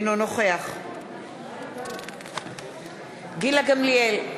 אינו נוכח גילה גמליאל,